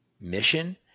mission